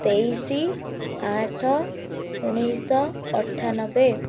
ତେଇଶି ଆଠ ଉଣେଇଶହ ଅଠାନବେ